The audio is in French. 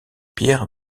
pierre